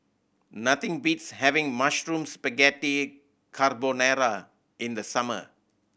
nothing beats having Mushroom Spaghetti Carbonara in the summer